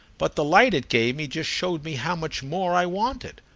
but the light it gave me just showed me how much more i wanted.